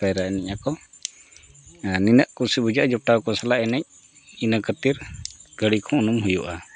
ᱯᱟᱭᱨᱟ ᱮᱱᱮᱡ ᱟᱠᱚ ᱟᱨ ᱱᱤᱱᱟᱹᱜ ᱠᱩᱥᱤ ᱵᱩᱡᱷᱟᱹᱜᱼᱟ ᱡᱚᱴᱟᱣ ᱠᱚ ᱥᱟᱞᱟᱜ ᱮᱱᱮᱡ ᱤᱱᱟᱹ ᱠᱷᱟᱹᱛᱤᱨ ᱜᱷᱟᱹᱲᱤᱠ ᱦᱚᱸ ᱩᱱᱩᱢ ᱦᱩᱭᱩᱜᱼᱟ